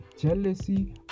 jealousy